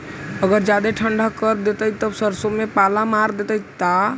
अगर जादे ठंडा कर देतै तब सरसों में पाला मार देतै का?